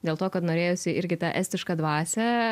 dėl to kad norėjosi irgi tą estišką dvasią